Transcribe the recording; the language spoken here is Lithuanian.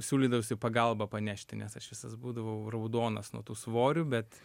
siūlydavos į pagalbą panešti nes aš visas būdavau raudonas nuo tų svorių bet